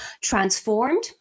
transformed